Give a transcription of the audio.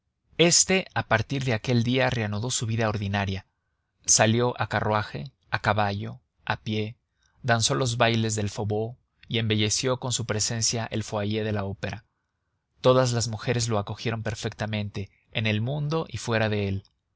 este a partir de aquel día reanudó su vida ordinaria salió carruaje a caballo a pie danzó los bailes del faubourg y embelleció con su presencia el foyer de la opera todas las mujeres lo acogieron perfectamente en el mundo y fuera de él